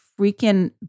freaking